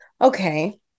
Okay